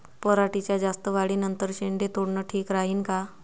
पराटीच्या जास्त वाढी नंतर शेंडे तोडनं ठीक राहीन का?